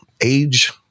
age